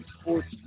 sports